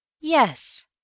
Yes